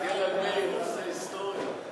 ההצעה להעביר את הצעת חוק מועצת הצמחים (ייצור ושיווק) (תיקון מס' 10),